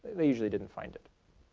they usually didn't find it,